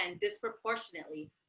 disproportionately